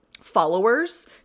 followers